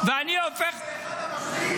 גם כשבוחרים